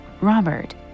Robert